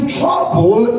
trouble